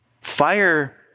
Fire